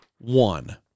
one